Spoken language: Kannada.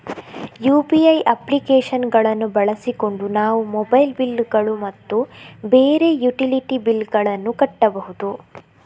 ಯು.ಪಿ.ಐ ಅಪ್ಲಿಕೇಶನ್ ಗಳನ್ನು ಬಳಸಿಕೊಂಡು ನಾವು ಮೊಬೈಲ್ ಬಿಲ್ ಗಳು ಮತ್ತು ಬೇರೆ ಯುಟಿಲಿಟಿ ಬಿಲ್ ಗಳನ್ನು ಕಟ್ಟಬಹುದು